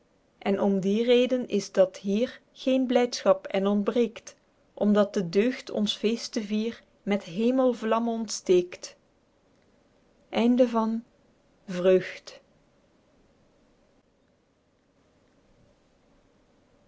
en om die reden is t dat hier geen blydschap en ontbreekt omdat de deugd ons feestevier met hemelvlamme ontsteekt